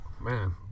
man